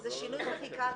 זה שינוי חקיקה.